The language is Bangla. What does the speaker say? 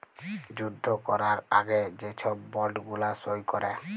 যুদ্ধ ক্যরার আগে যে ছব বল্ড গুলা সই ক্যরে